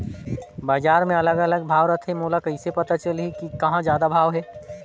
बजार मे अलग अलग भाव रथे, मोला कइसे पता चलही कि कहां जादा भाव हे?